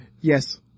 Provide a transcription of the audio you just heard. Yes